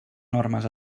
normes